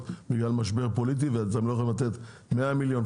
בגלל משבר פוליטי ואתם לא יכולים לתת 100 מיליון?